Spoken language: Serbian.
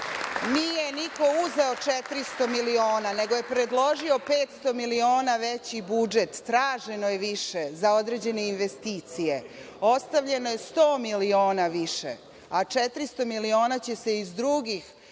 Nije niko uzeo 400 miliona, nego je predložio 500 miliona veći budžet. Traženo je više za određene investicije. Ostavljeno je 100 miliona više, a 400 miliona će se iz drugih